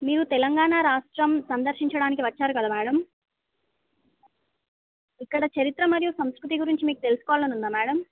మీరు తెలంగాణ రాష్ట్రం సందర్శించడానికి వచ్చారు కదా మేడం ఇక్కడ చరిత్ర మరియు సంస్కృతి గురించి మీకు తెలుసుకోవాలని ఉందా మేడం